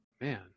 man